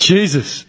Jesus